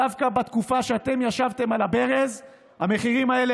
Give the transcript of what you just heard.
דווקא בתקופה שאתם ישבתם על הברז המחירים האלה